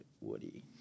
Woody